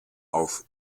auf